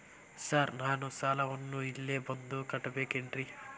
Sir ನಾನು ಸಾಲವನ್ನು ಇಲ್ಲೇ ಬಂದು ಕಟ್ಟಬೇಕೇನ್ರಿ?